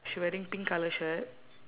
she wearing pink colour shirt